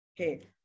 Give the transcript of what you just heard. Okay